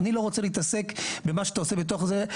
אני לא רוצה להתעסק במה שאתה עושה בתוך זה.